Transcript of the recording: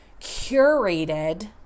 curated